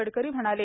गडकरी म्हणाले